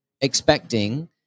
expecting